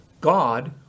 God